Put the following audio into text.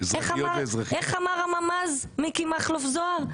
איך אמר ה-ממ"ז מיקי מכלוף זוהר?